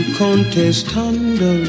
contestando